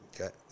Okay